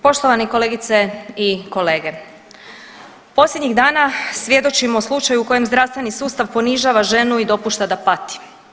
Poštovani kolegice i kolege, posljednjih dana svjedočimo slučaju u kojem zdravstveni sustav ponižava ženu i dopušta da pati.